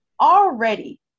already